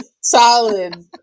solid